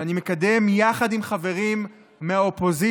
שאני מקדם יחד עם חברים מהאופוזיציה,